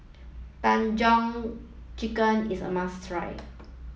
Tandoori Chicken is a must try